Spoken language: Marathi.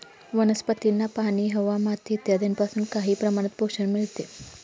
वनस्पतींना पाणी, हवा, माती इत्यादींपासून काही प्रमाणात पोषण मिळते